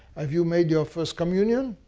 have you made your first communion?